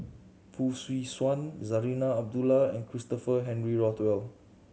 Fong Swee Suan Zarinah Abdullah and Christopher Henry Rothwell